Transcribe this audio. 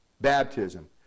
Baptism